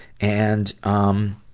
and, um,